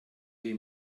dei